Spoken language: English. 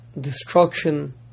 destruction